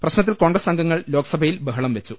പ്രശ്നത്തിൽ കോൺഗ്രസ് അംഗങ്ങൾ ലോക്സഭയിൽ ബഹളം വെച്ചു